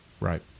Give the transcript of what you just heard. Right